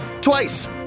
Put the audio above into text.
twice